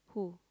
who